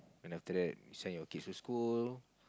and after that send your kids to school